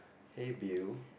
hey Bill